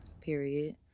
Period